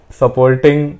supporting